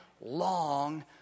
long